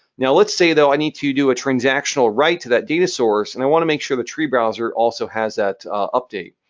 now, let's say, though, i need to do a transactional write to that data source, and i wanna make sure the tree browser also has that update.